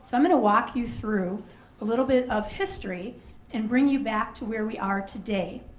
so i'm gonna walk you through a little bit of history and bring you back to where we are today.